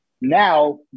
now